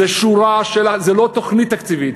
זו לא תוכנית תקציבית.